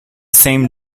same